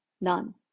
None